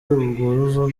ubwuzu